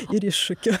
ir iššūkių